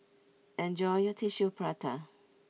enjoy your Tissue Prata